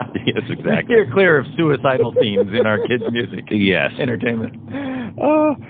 it's exactly clear of suicidal themes in our kids music. yes, entertainment oh,